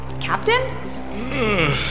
Captain